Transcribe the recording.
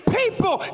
people